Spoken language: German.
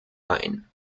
ein